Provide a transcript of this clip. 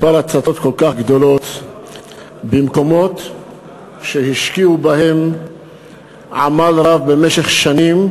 מספר הצתות כל כך גדול במקומות שהשקיעו בהם עמל רב במשך שנים,